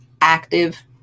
active